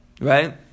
right